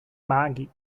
maghi